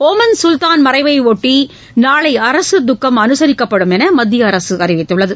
Oman சுல்தான் மறைவையொட்டி நாளை அரசு துக்கம் அனுசரிக்கப்படும் என்று மத்திய அரசு அறிவித்துள்ளது